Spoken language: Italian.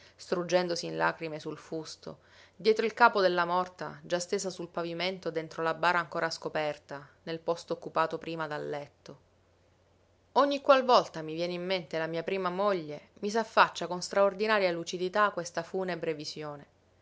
struggendosi in lacrime sul fusto dietro il capo della morta già stesa sul pavimento dentro la bara ancora scoperta nel posto occupato prima dal letto ogni qual volta mi viene in mente la mia prima moglie mi s'affaccia con straordinaria lucidità questa funebre visione